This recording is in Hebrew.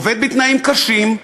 עובד בתנאים קשים,